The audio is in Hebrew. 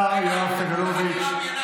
תודה רבה לסגן השר סגלוביץ'.